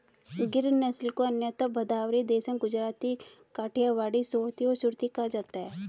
गिर नस्ल को अन्यथा भदावरी, देसन, गुजराती, काठियावाड़ी, सोरथी और सुरती कहा जाता है